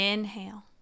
Inhale